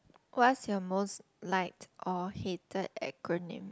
what's your most liked or hated acronym